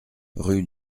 rue